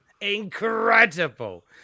Incredible